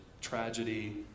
tragedy